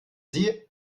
sie